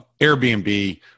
Airbnb